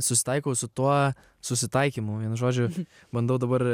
susitaikau su tuo susitaikymu vienu žodžiu bandau dabar